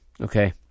Okay